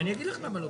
מי נגד?